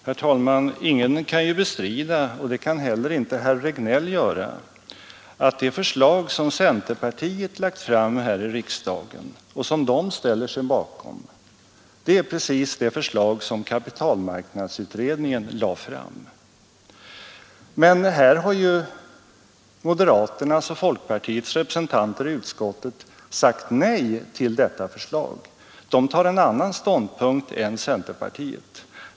Herr talman! Ingen kan bestrida, inte heller herr Regnéll, att det förslag som centerpartiet har lagt fram i riksdagen och ställer sig bakom är precis det förslag som kapitalmarknadsutredningen lade fram. Men här har ju moderaternas och folkpartiets representanter i utskottet sagt nej till detta förslag. De intar en annan ståndpunkt än centerpartiet.